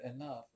enough